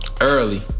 early